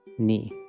ni.